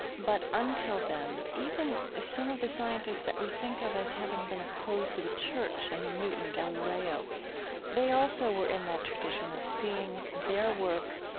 but until then, even some of the scientists that we think of as having been opposed to the church, i mean, newton, galileo they also were in that tradition of seeing their work,